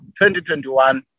2021